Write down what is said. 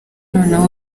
noneho